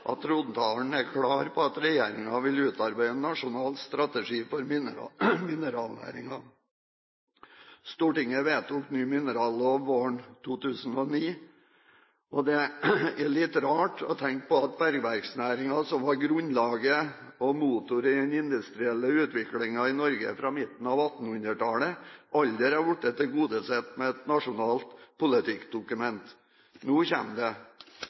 at trontalen er klar på at regjeringen vil utarbeide en nasjonal strategi for mineralnæringa. Stortinget vedtok ny minerallov våren 2009. Det er litt rart å tenke på at bergverksnæringa, som var grunnlaget for og motor i den industrielle utviklingen i Norge fra midten av 1800-tallet, aldri har blitt tilgodesett med et nasjonalt politikkdokument. Nå kommer det.